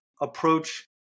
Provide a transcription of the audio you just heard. approach